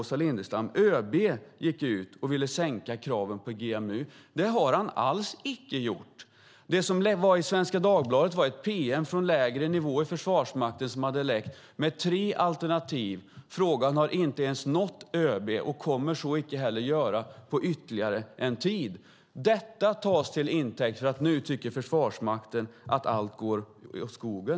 Åsa Lindestam sade: ÖB ville sänka kraven på GMU. Så är det inte. I Svenska Dagbladet fanns ett pm med tre alternativ som hade läckt från lägre nivå inom Försvarsmakten. Frågan har inte nått ÖB och kommer inte heller att göra det på en tid. Detta tas till intäkt för att Försvarsmakten tycker att allt går åt skogen.